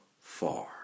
far